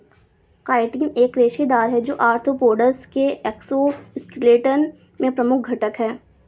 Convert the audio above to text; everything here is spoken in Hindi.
काइटिन एक रेशेदार है, जो आर्थ्रोपोड्स के एक्सोस्केलेटन में प्रमुख घटक है